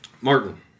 Martin